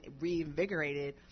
reinvigorated